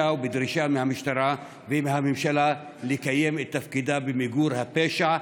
ובדרישה מהממשלה ומהמשטרה לקיים את תפקידן במיגור הפשע,